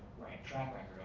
right track